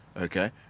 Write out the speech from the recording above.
Okay